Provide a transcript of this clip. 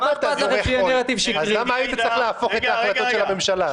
למה אתה דורך פה אז למה היית צריך להפוך את ההחלטה של הממשלה?